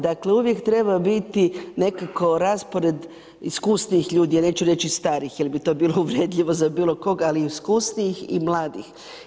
Dakle, uvijek treba biti nekako raspored iskusnijih ljudi, ja neću reći starijih jer bi to bilo uvredljivo za bilo koga, ali iskusnijih i mladih.